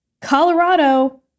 Colorado